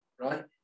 right